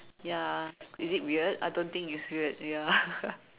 ya is it weird I don't think it's weird ya